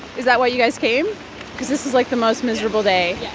is that why you guys came cause this is, like, the most miserable day?